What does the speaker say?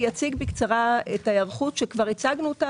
אני אציג בקצרה את ההיערכות שכבר הצגנו אותה